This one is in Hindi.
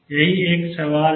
यही एक सवाल है